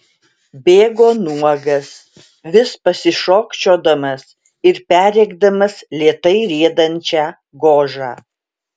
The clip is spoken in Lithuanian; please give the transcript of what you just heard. bėgo nuogas vis pasišokčiodamas ir perrėkdamas lėtai riedančią gožą